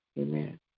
Amen